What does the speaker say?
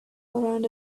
around